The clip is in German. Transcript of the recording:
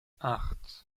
acht